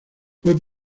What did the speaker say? fue